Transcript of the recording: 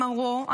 הם אמרו,